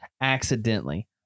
accidentally